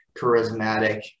charismatic